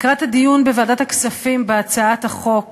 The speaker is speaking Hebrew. לקראת הדיון בוועדת הכספים בהצעת החוק